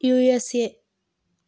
you S A